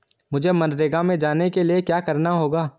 मुझे मनरेगा में जाने के लिए क्या करना होगा?